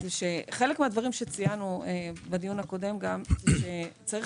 אחד הדברים שציינו בדיון הקודם הוא שצריך